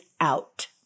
out